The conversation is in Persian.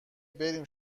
بریم